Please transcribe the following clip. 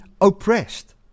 oppressed